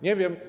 Nie wiem.